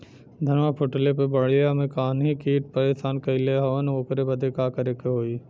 धनवा फूटले पर बलिया में गान्ही कीट परेशान कइले हवन ओकरे बदे का करे होई?